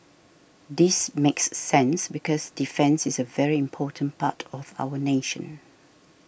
this makes sense because defence is a very important part of our nation